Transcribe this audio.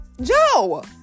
Joe